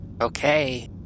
Okay